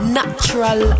natural